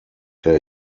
der